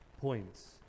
points